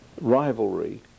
rivalry